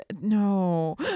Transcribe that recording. no